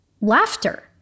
laughter